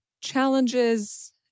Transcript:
challenges